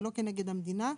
שלא כנגד המדינה,